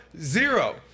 Zero